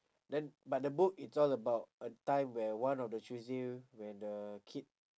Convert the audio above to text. then but the book it's all about a time where one of the tuesday when the kid